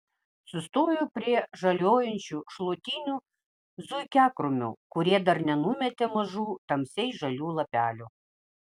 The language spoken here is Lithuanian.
sustoju prie žaliuojančių šluotinių zuikiakrūmių kurie dar nenumetė mažų tamsiai žalių lapelių